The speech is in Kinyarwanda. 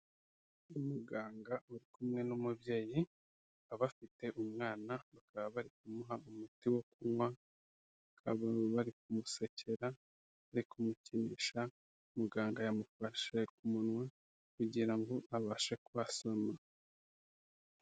Umuganga uri kumwe n'umubyeyi bakaba bafite umwana bakaba bari kumuha umuti wo kunywa, bakaba bari kumusekera, bari kumukinisha, muganga yamufashe ku munwa kugira ngo abashe kuhasoma.